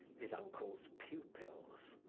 his uncle's pupils.